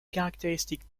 caractéristiques